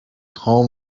هام